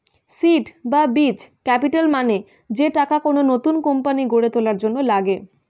seed বা বীজ capital মানে যে টাকা কোন নতুন কোম্পানি গড়ে তোলার জন্য লাগে